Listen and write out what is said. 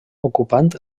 ocupant